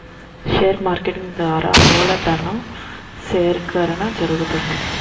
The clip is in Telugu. షేర్ మార్కెటింగ్ ద్వారా మూలధను సేకరణ జరుగుతుంది